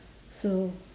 so